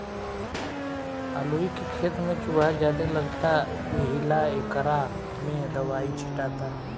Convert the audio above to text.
अलूइ के खेत में चूहा ज्यादे लगता एहिला एकरा में दवाई छीटाता